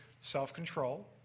self-control